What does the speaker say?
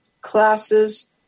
classes